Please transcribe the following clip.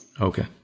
Okay